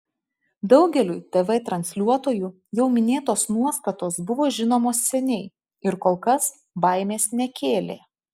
daugeliui tv transliuotojų jau minėtos nuostatos buvo žinomos seniai ir kol kas baimės nekėlė